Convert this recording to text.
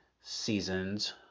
seasons